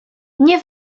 nie